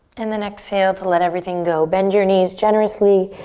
and then exhale to let everything go. bend your knees generously.